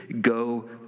go